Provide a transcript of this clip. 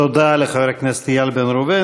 תודה לחבר הכנסת איל בן ראובן.